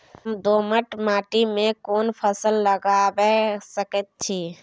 हम दोमट माटी में कोन फसल लगाबै सकेत छी?